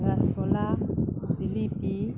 ꯔꯁ ꯒꯨꯂꯥ ꯖꯤꯂꯤꯕꯤ